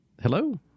Hello